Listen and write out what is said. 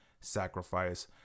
sacrifice